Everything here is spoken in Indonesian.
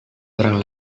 orang